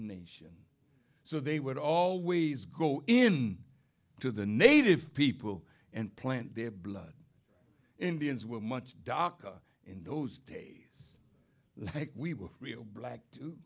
nation so they would always go in to the native people and plant their blood indians were much darker in those days like we were real black too